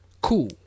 cool